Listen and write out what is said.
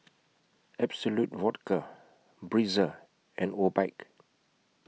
Absolut Vodka Breezer and Obike